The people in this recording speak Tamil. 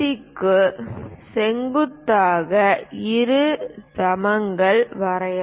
க்கு செங்குத்தாக இருசமங்களை வரையவும்